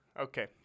Okay